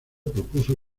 propuso